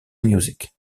music